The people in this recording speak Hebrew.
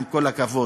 עם כל הכבוד,